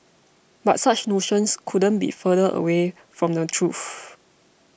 but such notions couldn't be further away from the truth